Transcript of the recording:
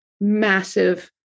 massive